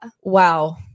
Wow